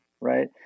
right